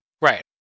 Right